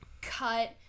cut